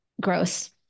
gross